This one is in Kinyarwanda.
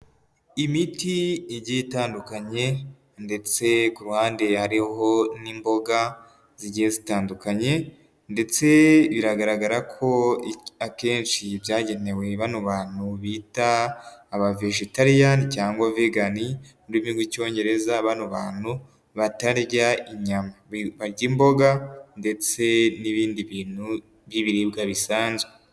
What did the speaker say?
Imiti igiye itandukanye ndetse ku ruhande hariho n'imboga zigiye zitandukanye, ndetse bigaragara ko akenshi byagenewe bano bantu bita aba vejetaliyani cyangwa vegani mu rurimi rw'icyongereza, bano bantu batarya inyama barya imboga, ndetse n'ibindi bintu by'ibiribwa bisanzwe.